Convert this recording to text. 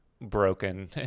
broken